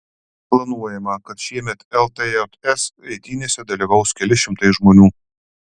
planuojama kad šiemet ltjs eitynėse dalyvaus keli šimtai žmonių